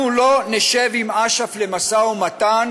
אנחנו לא נשב עם אש"ף למשא ומתן